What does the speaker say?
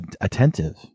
attentive